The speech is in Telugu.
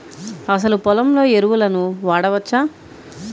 అసలు పొలంలో ఎరువులను వాడవచ్చా?